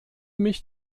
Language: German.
mich